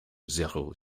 zéro